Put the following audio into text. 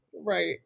right